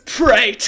pray